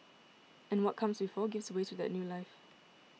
and what comes before gives way to that new life